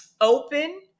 open